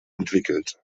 entwickelt